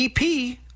EP